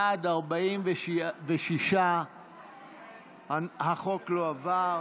בעד, 46. הצעת החוק לא עברה.